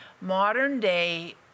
modern-day